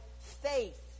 faith